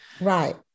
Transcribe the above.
Right